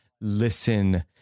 listen